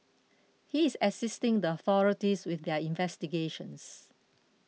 he is assisting the authorities with their investigations